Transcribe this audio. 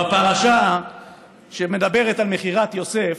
בפרשה שמדברת על מכירת יוסף